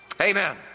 Amen